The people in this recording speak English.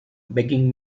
begging